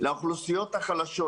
לאוכלוסיות החלשות,